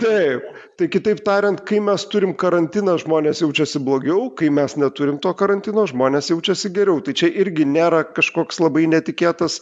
taip tai kitaip tariant kai mes turim karantiną žmonės jaučiasi blogiau kai mes neturim to karantino žmonės jaučiasi geriau tai čia irgi nėra kažkoks labai netikėtas